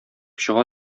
чыга